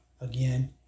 Again